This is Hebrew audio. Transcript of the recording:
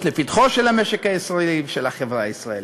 לפתחם של המשק הישראלי ושל החברה הישראלית.